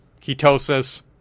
ketosis